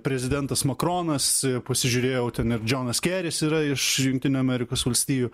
prezidentas makronas pasižiūrėjau ten ir džonas keris yra iš jungtinių amerikos valstijų